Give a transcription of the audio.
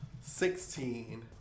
Sixteen